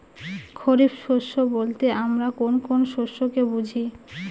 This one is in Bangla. খরিফ শস্য বলতে আমরা কোন কোন ফসল কে বুঝি?